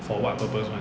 for what purpose [one]